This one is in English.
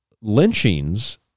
lynchings